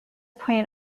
point